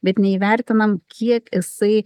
bet neįvertinam kiek jisai